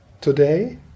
today